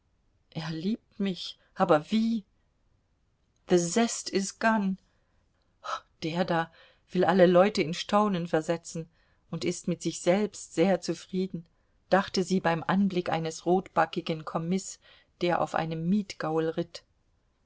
er liebt mich aber wie the zest is gone der da will alle leute in staunen versetzen und ist mit sich selbst sehr zufrieden dachte sie beim anblick eines rotbackigen kommis der auf einem mietgaul ritt